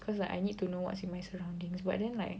cause like I need to know what's in my surroundings but then like